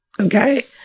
Okay